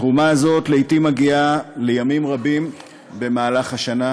התרומה הזאת לעתים מגיעה לימים רבים במהלך השנה,